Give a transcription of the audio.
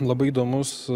labai įdomus